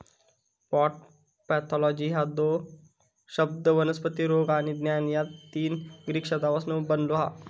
plant pathology ह्यो शब्द वनस्पती रोग आणि ज्ञान या तीन ग्रीक शब्दांपासून बनलो हा